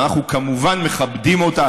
ואנחנו כמובן מכבדים אותה,